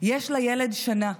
יש לילד שנה,